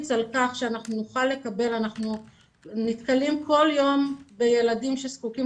אנחנו נתקלים כל יום בילדים שזקוקים